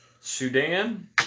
Sudan